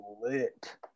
lit